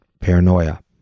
paranoia